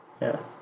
Yes